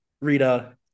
Rita